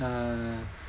uh